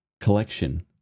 collection